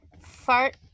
Fart